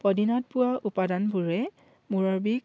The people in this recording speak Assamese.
পদিনাত পোৱা উপাদানবোৰে মূৰৰ বিষ